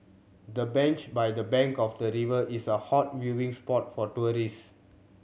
the bench by the bank of the river is a hot viewing spot for tourist